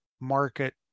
market